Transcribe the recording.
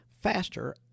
faster